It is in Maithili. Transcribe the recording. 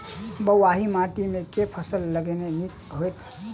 बलुआही माटि मे केँ फसल लगेनाइ नीक होइत?